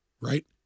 Right